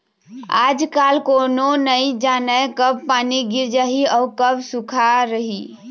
आजकाल कोनो नइ जानय कब पानी गिर जाही अउ कब सुक्खा रही